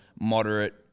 moderate